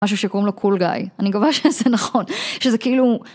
משהו שקוראים לו קול גיא, אני מקווה שזה נכון, שזה כאילו...